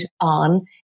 on